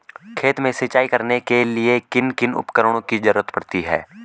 खेत में सिंचाई करने के लिए किन किन उपकरणों की जरूरत पड़ती है?